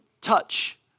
touch